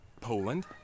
Poland